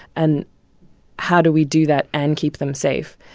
and how do we do that and keep them safe?